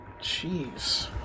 Jeez